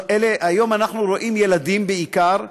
היום אנחנו רואים ילדים בעיקר,